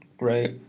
Right